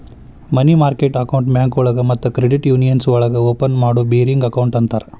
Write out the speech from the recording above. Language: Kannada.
ಮನಿ ಮಾರ್ಕೆಟ್ ಅಕೌಂಟ್ನ ಬ್ಯಾಂಕೋಳಗ ಮತ್ತ ಕ್ರೆಡಿಟ್ ಯೂನಿಯನ್ಸ್ ಒಳಗ ಓಪನ್ ಮಾಡೋ ಬೇರಿಂಗ್ ಅಕೌಂಟ್ ಅಂತರ